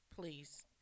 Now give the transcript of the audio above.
Please